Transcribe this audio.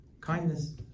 kindness